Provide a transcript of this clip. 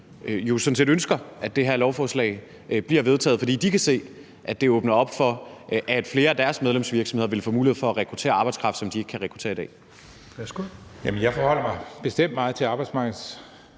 jo sådan set ønsker, at det her lovforslag bliver vedtaget, fordi de kan se, at det åbner op for, at flere af deres medlemsvirksomheder vil få mulighed for at rekruttere arbejdskraft, som de ikke kan rekruttere i dag?